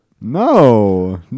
No